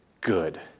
good